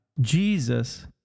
Jesus